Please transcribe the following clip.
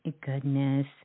goodness